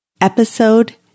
Episode